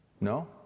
no